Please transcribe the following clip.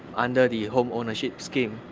under the home ownership scheme,